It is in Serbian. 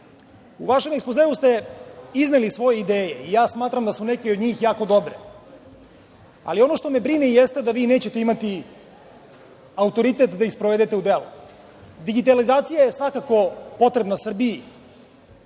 vašem ekspozeu ste izneli svoje ideje i ja smatram da su neke od njih jako dobre, ali ono što me brine jeste da vi nećete imati autoritet da ih sprovedete u delo. Digitalizacija je svakako potrebna Srbiji